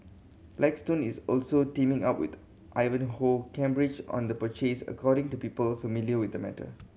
blackstone is also teaming up with Ivanhoe Cambridge on the purchase according to people familiar with the matter